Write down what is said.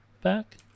Back